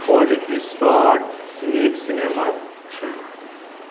ऑली की स्वाट नीक सिनेमा छै